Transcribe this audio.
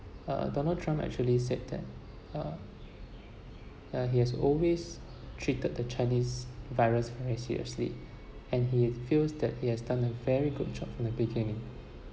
uh donald trump actually said that uh that he has always treated the chinese virus very seriously and he feels that he has done a very good job from the beginning